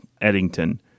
Eddington